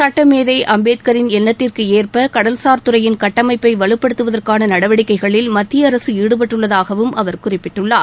சட்டமேதை அம்பேத்கின் எண்ணத்திற்கு ஏற்ப கடல்சார் துறையின் கட்டமைப்பை வலுப்படுத்துவதற்காள நடவடிக்கைகளில் மத்திய அரசு ஈடுபட்டுள்ளதாகவும் அவர் குறிபிட்டுள்ளார்